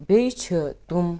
بیٚیہِ چھِ تِم